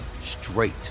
straight